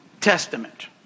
Testament